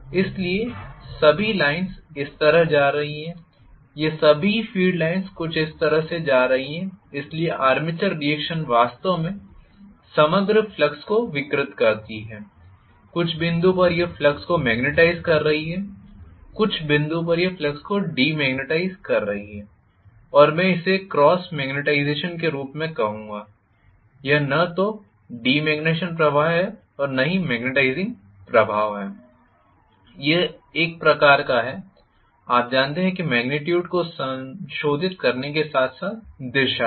इसलिए सभी लाइन्स इस तरह जा रही हैं यह सभी फील्डलाइन्स कुछ इस तरह से जा रही हैं इसलिए आर्मेचर रीएक्शन वास्तव में समग्र फ्लक्स को विकृत करती है कुछ बिंदु पर यह फ्लक्स को मेग्नेटाईज़ कर रही है कुछ बिंदु पर यह फ्लक्स को डीमेग्नेटाईज़ कर रही है और मैं इसे क्रॉस मैग्नेटाइजेशन के रूप में कहूंगा यह न तो डीमैग्नेटाइजिंग प्रभाव है और न ही मैग्नेटाइजिंग प्रभाव है यह एक प्रकार का है आप जानते हैं मेग्निट्यूड को संशोधित करने के साथ साथ दिशा भी